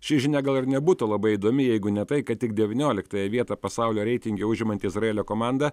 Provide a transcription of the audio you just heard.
ši žinia gal ir nebūtų labai įdomi jeigu ne tai kad tik devynioliktąją vietą pasaulio reitinge užimanti izraelio komanda